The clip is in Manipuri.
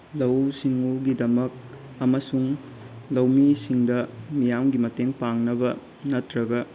ꯂꯧꯎ ꯁꯤꯡꯎꯒꯤꯗꯃꯛ ꯑꯃꯁꯨꯡ ꯂꯧꯃꯤꯁꯤꯡꯗ ꯃꯤꯌꯥꯝꯒꯤ ꯃꯇꯦꯡ ꯄꯥꯡꯅꯕ ꯅꯠꯇ꯭ꯔꯒ